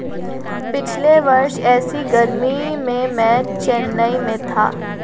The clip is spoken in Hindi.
पिछले वर्ष ऐसी गर्मी में मैं चेन्नई में था